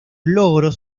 logros